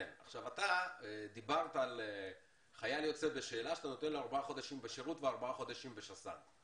אמרת שלחייל יוצא בשאלה אתה נותן 4 חודשים בשירות ו-4 חודשים בשס"ן.